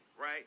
right